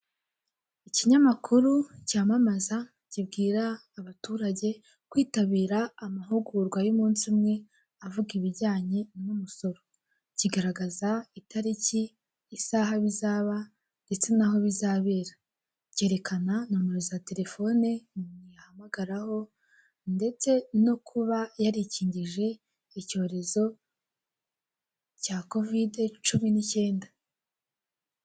Ikinyamakuru cyamamaza kibwira abaturage kwitabira amahugurwa y'umunsi umwe, avuga ibijyanye n'umusoro kigaragaza itariki isaha bizaba, ndetse n'aho bizabera cyerekana nomero za telefone, nomero wahamagararaho ndetse no kuba, yarikinjije icyorezo cya Kovide cumi n'ikenda.